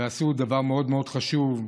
ועשו דבר מאוד מאוד חשוב.